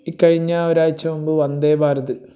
ഇക്കഴിഞ്ഞ ഒരാഴ്ച മുമ്പ് വന്ദേഭാരത്